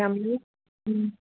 ꯌꯥꯝꯅꯤ ꯎꯝ